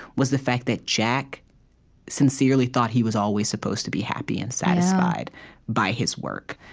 was the fact that jack sincerely thought he was always supposed to be happy and satisfied by his work.